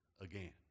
again